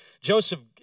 Joseph